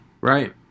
right